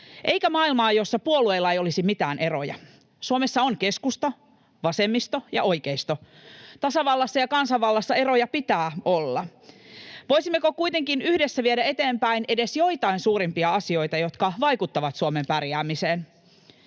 eikä maailmaa, jossa puolueilla ei olisi mitään eroja. Suomessa on keskusta, vasemmisto ja oikeisto. Tasavallassa ja kansanvallassa eroja pitää olla. Voisimmeko kuitenkin yhdessä viedä eteenpäin edes joitain suurimpia asioita, jotka vaikuttavat Suomen pärjäämiseen,